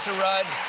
rudd.